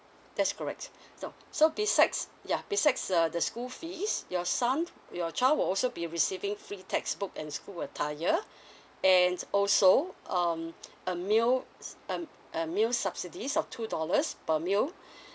that's correct no so besides ya besides the the school fees your son your child will also be receiving free textbook and school attire and also um a meal a a meal subsidies of two dollars per meal